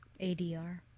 ADR